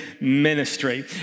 ministry